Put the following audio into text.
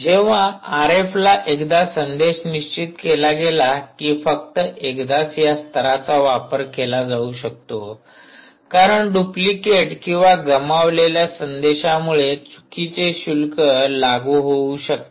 जेव्हा आरएफला एकदा संदेश निश्चित केला गेला की फक्त एकदाच या स्तराचा वापर केला जाऊ शकतो कारण डुप्लिकेट किंवा गमावलेल्या संदेशामुळे चुकीचे शुल्क लागू होऊ शकते